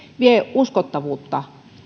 vie uskottavuutta